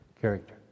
character